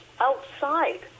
outside